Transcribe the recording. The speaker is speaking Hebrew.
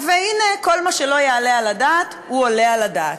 הנה, כל מה שלא יעלה על הדעת עולה על הדעת.